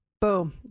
boom